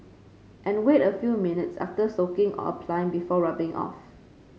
and wait a few minutes after soaking or applying before rubbing off